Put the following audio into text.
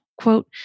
Quote